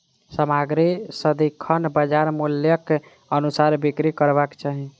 सामग्री सदिखन बजार मूल्यक अनुसार बिक्री करबाक चाही